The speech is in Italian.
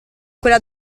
quella